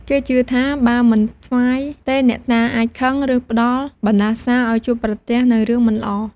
គេជឿថាបើមិនថ្វាយទេ អ្នកតាអាចខឹង ឬផ្ដល់បណ្ដាសាឱ្យជួបប្រទះនូវរឿងមិនល្អ។